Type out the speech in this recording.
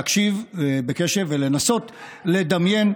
להקשיב בקשב ולנסות לדמיין,